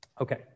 Okay